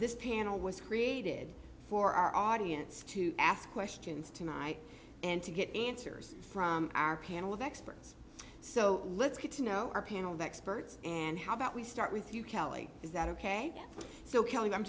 this panel was created for our audience to ask questions tonight and to get answers from our panel of experts so let's get to know our panel of experts and how about we start with you kelly is that ok so kelly i'm